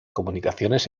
comunicaciones